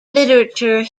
literature